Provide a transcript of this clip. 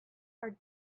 are